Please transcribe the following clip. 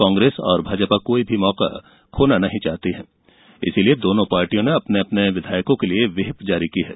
कांग्रेस और भाजपा कोई भी मौका नहीं खोना चाहती है इसलिये दोनों पार्टियों ने अपने अपने विधायकों के लिये व्हिप जारी की है